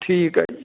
ਠੀਕ ਹੈ